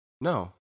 No